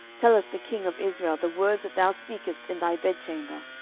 telleth the king of israel the words that thou speakest in thy bedchamber.